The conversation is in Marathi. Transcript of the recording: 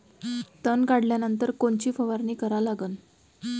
तन काढल्यानंतर कोनची फवारणी करा लागन?